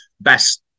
best